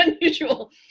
unusual